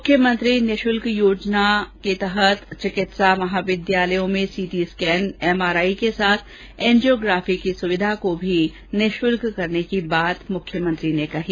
मुख्यमंत्री निशुल्क जांच योजना के तहत चिकित्सा महाविद्यालयों में सीटी स्कैन एमआरआई के साथ एजियोग्राफी की सुविधा को भी फ्री करने की बात कही